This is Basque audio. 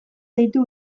zaitu